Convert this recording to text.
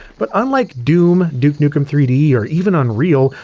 but unlike doom, duke nukem three d, or even unreal,